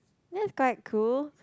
that's quite cool